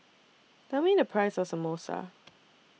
Tell Me The Price of Samosa